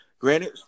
granted